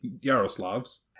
Yaroslav's